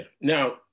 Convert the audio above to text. Now